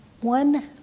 One